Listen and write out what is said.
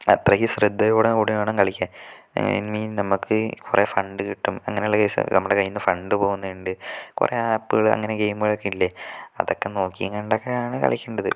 അത്രക്ക് ശ്രദ്ധയോട് കൂടെ വേണം കളിക്കാൻ ഐ മീൻ നമുക്ക് കുറെ ഫണ്ട് കിട്ടും അങ്ങനെയുള്ള കേസ്കള് നമ്മുടെ കയ്യിൽ നിന്ന് ഫണ്ട് പോകുന്നത് ഉണ്ട് കുറെ ആപ്പുകള് അങ്ങനെ ഗെയിമുകളൊക്കെ ഇല്ലേ അതൊക്കെ നോക്കിയും കണ്ടൊക്കെയാണ് കളിക്കേണ്ടത്